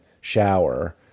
shower